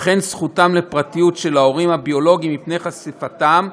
וכן זכותם לפרטיות של ההורים הביולוגיים מפני חשיפתם,